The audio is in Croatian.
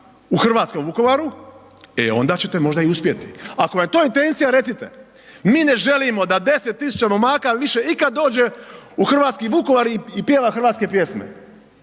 u hrvatskom Vukovaru, e onda ćete možda i uspjeti, ako vam je to intencija recite, mi ne želimo da 10 000 momaka više ikad dođe u hrvatski Vukovar i pjeva hrvatske pjesme,